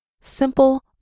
simple